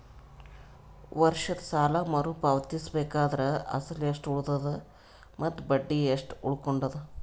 ವರ್ಷದ ಸಾಲಾ ಮರು ಪಾವತಿಸಬೇಕಾದರ ಅಸಲ ಎಷ್ಟ ಉಳದದ ಮತ್ತ ಬಡ್ಡಿ ಎಷ್ಟ ಉಳಕೊಂಡದ?